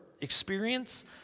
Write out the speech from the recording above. experience